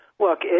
Look